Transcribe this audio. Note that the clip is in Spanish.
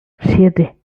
siete